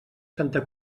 santa